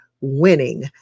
Winning